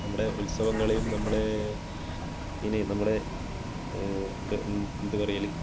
നമ്മുടെ ഉത്സവങ്ങളെയും നമ്മളെ ഇനീം നമ്മുടെ എന്ത് എന്ത് പറയൽ